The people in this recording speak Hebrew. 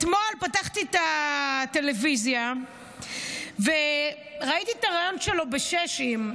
אתמול פתחתי את הטלוויזיה וראיתי את הריאיון שלו ב"שש עם".